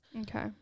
Okay